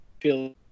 feel